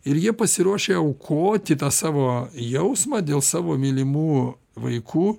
ir jie pasiruošę aukoti tą savo jausmą dėl savo mylimų vaikų